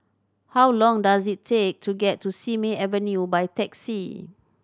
how long does it take to get to Simei Avenue by taxi